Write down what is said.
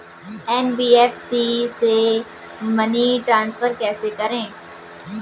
NBFC से money transfer कैसे करें?